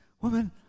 woman